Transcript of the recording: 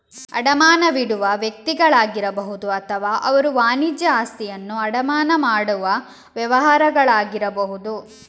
ಅಡಮಾನವಿಡುವ ವ್ಯಕ್ತಿಗಳಾಗಿರಬಹುದು ಅಥವಾ ಅವರು ವಾಣಿಜ್ಯ ಆಸ್ತಿಯನ್ನು ಅಡಮಾನ ಮಾಡುವ ವ್ಯವಹಾರಗಳಾಗಿರಬಹುದು